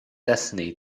destiny